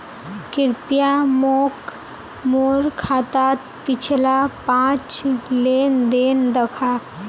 कृप्या मोक मोर खातात पिछला पाँच लेन देन दखा